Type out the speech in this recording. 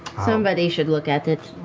somebody should look at it.